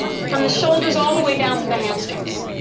from the shoulders all the way down to the hamstrings